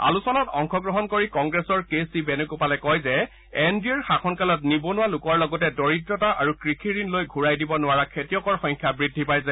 আলোচনাত অংশগ্ৰহণ কৰি কংগ্ৰেছৰ কে চি বেণুগোপালে কয় যে এন ডি এৰ শাসনকালত নিবনুৱা লোকৰ লগতে দৰিদ্ৰতা আৰু কৃষি ঋণ লৈ ঘূৰাই দিব নোৱাৰা খেতিয়কৰ সংখ্যা বৃদ্ধি পাইছে